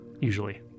usually